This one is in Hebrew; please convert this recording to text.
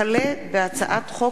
הצעת חוק